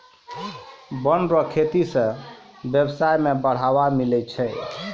वन रो खेती से व्यबसाय में बढ़ावा मिलै छै